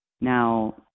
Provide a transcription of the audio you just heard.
now